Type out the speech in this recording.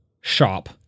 shop